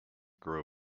grow